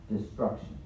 destruction